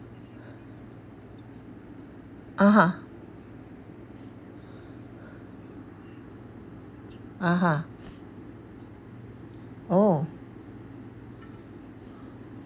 (uh huh) (uh huh) oh